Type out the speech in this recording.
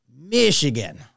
Michigan